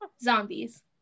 Zombies